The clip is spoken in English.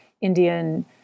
Indian